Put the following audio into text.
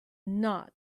not